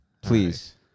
please